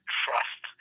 trust